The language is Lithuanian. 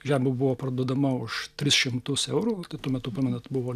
žemė buvo parduodama už tris šimtus eurų tuo metu pamenat buvo